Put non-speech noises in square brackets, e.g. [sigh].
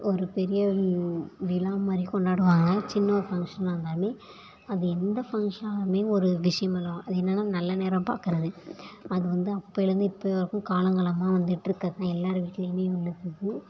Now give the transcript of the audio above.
ஒரு பெரிய விழா மாதிரி கொண்டாடுவாங்க சின்ன ஒரு ஃபங்க்ஷனாக இருந்தாலும் அது எந்த ஃபங்க்ஷனாக இருந்தாலும் ஒரு விஷயம் பண்ணுவாங்க அது என்னென்னா நல்ல நேரம் பார்க்குறது அது வந்து அப்போலேருந்தே இப்ப வரைக்கும் காலங்காலமாக வந்துட்டுருக்கிறது தான் எல்லாரு வீட்டுலேயுமே ஒன்று [unintelligible]